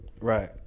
right